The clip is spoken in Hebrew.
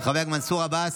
חבר הכנסת מנסור עבאס?